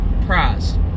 prize